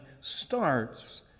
starts